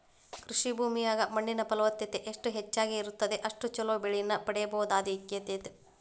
ಕೃಷಿ ಭೂಮಿಯಾಗ ಮಣ್ಣಿನ ಫಲವತ್ತತೆ ಎಷ್ಟ ಹೆಚ್ಚಗಿ ಇರುತ್ತದ ಅಷ್ಟು ಚೊಲೋ ಬೆಳಿನ ಪಡೇಬಹುದಾಗೇತಿ